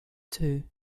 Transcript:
two